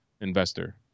investor